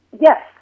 Yes